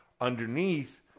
underneath